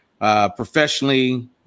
Professionally